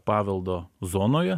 paveldo zonoje